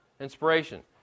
Inspiration